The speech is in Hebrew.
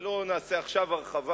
לא נעשה עכשיו הרחבה,